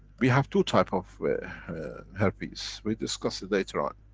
we have two types of herpes. we discuss it later on.